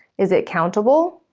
is it countable?